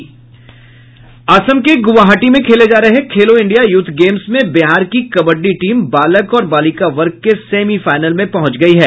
असम के गुवाहाटी में खेले जा रहे खेलो इंडिया यूथ गेम्स में बिहार की कबड्डी टीम बालक और बालिका वर्ग के सेमीफाइनल में पहुंच गयी है